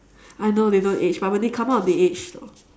I know they don't age but when they come out they age though